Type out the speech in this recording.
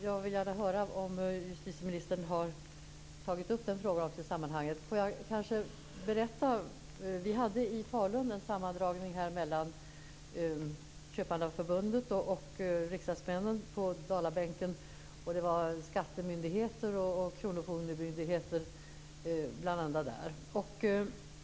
Jag vill gärna höra om justitieministern har tagit upp den frågan i sammanhanget. Vi hade i Falun en sammankomst ordnad av Köpmannaförbundet och riksdagsmännen på Dalabänken. Där var bl.a. representanter för skattemyndigheter och kronofogdemyndigheter.